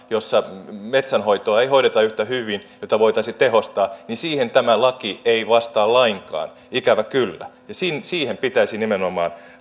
jossa metsänhoitoa ei hoideta yhtä hyvin ja jota voitaisiin tehostaa tämä laki ei vastaa lainkaan ikävä kyllä ja siihen pitäisi nimenomaan